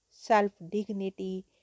self-dignity